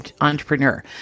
entrepreneur